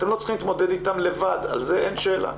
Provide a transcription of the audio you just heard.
אתם לא צריכים להתמודד איתם לבד, על זה אין שאלה.